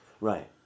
Right